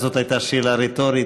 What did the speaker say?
זאת הייתה שאלה רטורית,